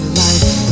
life